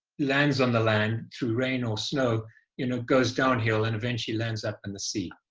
lands on the land through rain or snow you know goes downhill and eventually lands up in the sea.